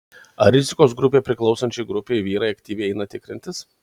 ar rizikos grupei priklausančiai grupei vyrai aktyviai eina tikrintis